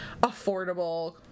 affordable